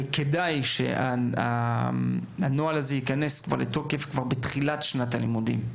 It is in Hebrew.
וכדאי שהנוהל הזה ייכנס לתוקף כבר בתחילת שנת הלימודים.